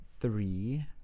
three